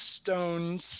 stones